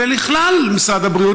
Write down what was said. ולכלל משרד הבריאות,